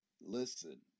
listen